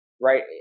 right